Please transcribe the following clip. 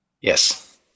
yes